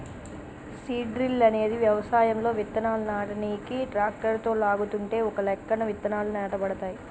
seed drill అనేది వ్యవసాయంలో విత్తనాలు నాటనీకి ట్రాక్టరుతో లాగుతుంటే ఒకలెక్కన విత్తనాలు నాటబడతాయి